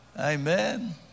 Amen